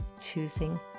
Choosing